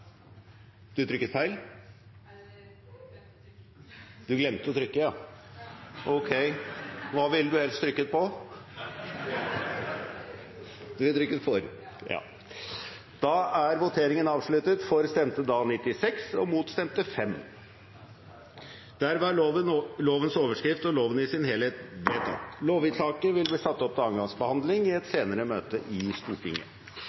Du trykket feil? Jeg glemte å trykke. Du glemte å trykke, ja. Ok. Hva ville du helst ha trykket på? Jeg ville trykket for. Du ville trykket for. Da er voteringen avsluttet. Lovvedtaket vil bli satt opp til andre gangs behandling i et senere møte i Stortinget. Det voteres over lovens overskrift og loven i sin helhet. Lovvedtaket vil bli satt opp til